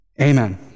Amen